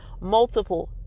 multiple